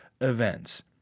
events